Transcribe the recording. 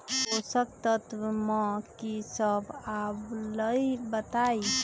पोषक तत्व म की सब आबलई बताई?